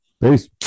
Peace